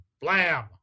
blam